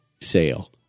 sale